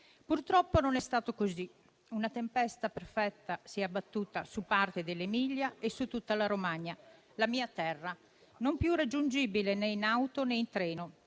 Purtroppo non è stato così: una tempesta perfetta si è abbattuta su parte dell'Emilia e su tutta la Romagna, la mia terra, non più raggiungibile né in auto, né in treno,